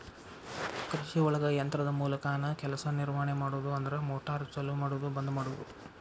ಕೃಷಿಒಳಗ ಯಂತ್ರದ ಮೂಲಕಾನ ಕೆಲಸಾ ನಿರ್ವಹಣೆ ಮಾಡುದು ಅಂದ್ರ ಮೋಟಾರ್ ಚಲು ಮಾಡುದು ಬಂದ ಮಾಡುದು